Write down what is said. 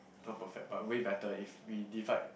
not perfect but way better if we divide